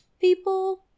people